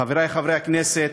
חברי חברי הכנסת,